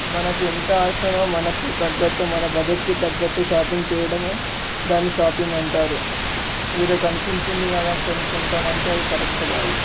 మనకు ఎంత ఆశ ఉన్న మనకు తగ్గటు మన బడ్జెట్కి తగ్గటు షాపింగ్ చేయడమే దాన్ని షాపింగ్ అంటారు ఏదో కనిపించింది కదా కొనుక్కుంటామంటే అది కరెక్ట్ కాదు